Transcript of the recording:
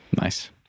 Nice